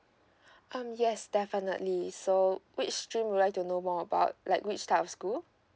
um yes definitely so which stream would like to know more about like which type of school